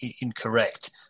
incorrect